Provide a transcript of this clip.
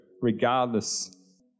regardless